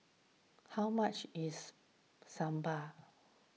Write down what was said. how much is Sambar